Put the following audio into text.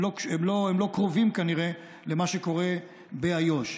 הם לא קרובים כנראה למה שקורה באיו"ש.